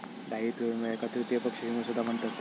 दायित्व विमो याका तृतीय पक्ष विमो सुद्धा म्हणतत